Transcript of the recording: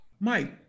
Mike